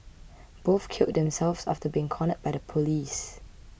both killed themselves after being cornered by the police